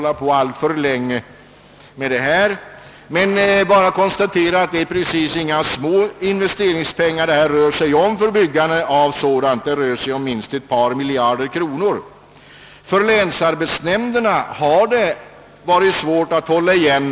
Jag vill bara konstatera att det inte är fråga om små belopp — det rör sig minst om ett par miljarder kronor. För länsarbetsnämnderna har det av olika skäl varit svårt att hålla igen.